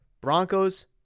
Broncos